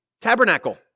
tabernacle